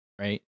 Right